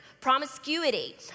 promiscuity